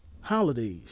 Holidays